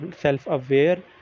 self-aware